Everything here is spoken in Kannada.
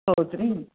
ಹೌದು ರೀ